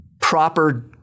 proper